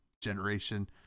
generation